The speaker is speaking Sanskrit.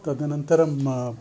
तदनन्तरं